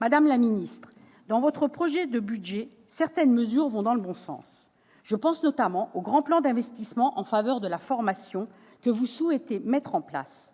Madame la ministre, dans votre projet de budget, certaines mesures vont dans le bon sens. Je pense notamment au grand plan d'investissement en faveur de la formation que vous souhaitez mettre en place :